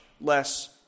less